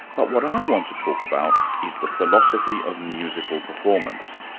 but what i want to talk about is the philosophy of musical performance.